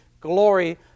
glory